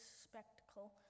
spectacle